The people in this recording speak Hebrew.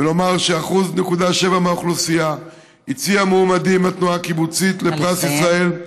ולומר ש-1.7% מהאוכלוסייה הציעו מועמדים מהתנועה הקיבוצית לפרס ישראל,